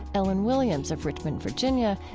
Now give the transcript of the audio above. ellen williams of richmond, virginia,